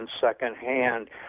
secondhand